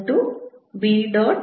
B A